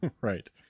right